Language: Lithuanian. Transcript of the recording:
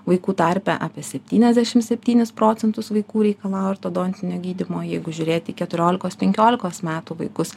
vaikų tarpe apie septyniasdešimt septynis procentus vaikų reikalaujavo ortodontinio gydymo jeigu žiūrėti į keturiolikos penkiolikos metų vaikus